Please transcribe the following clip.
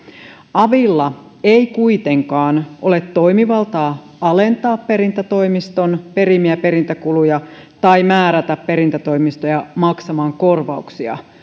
avilla ei kuitenkaan ole toimivaltaa alentaa perintätoimiston perimiä perintäkuluja tai määrätä perintätoimistoja maksamaan korvauksia